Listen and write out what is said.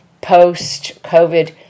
post-COVID